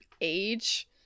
age